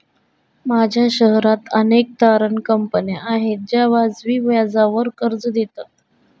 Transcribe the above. माझ्या शहरात अनेक तारण कंपन्या आहेत ज्या वाजवी व्याजावर कर्ज देतात